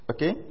Okay